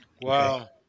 Wow